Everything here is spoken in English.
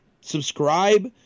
subscribe